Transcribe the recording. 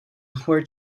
were